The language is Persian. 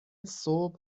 صبح